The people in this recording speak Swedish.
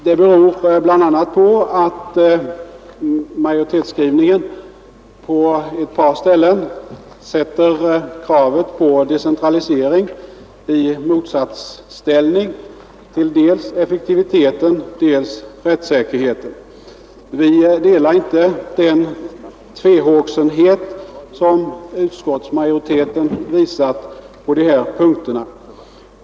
Det beror bl.a. på att utskottmajoriteten på ett par ställen i sin skrivning sätter kravet på decentralisering i motsatsställning till dels effektiviteten, dels rättssäkerheten. Vi delar inte den tvehågsenhet som utskottsmajoriteten visar på dessa punkter.